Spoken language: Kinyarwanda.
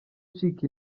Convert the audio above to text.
acika